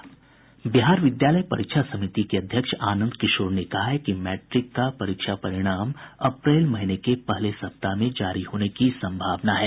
बिहार विद्यालय परीक्षा समिति के अध्यक्ष आनंद किशोर ने कहा है कि मैट्रिक का परीक्षा परिणाम अप्रैल महीने के पहले सप्ताह में जारी होने की संभावना है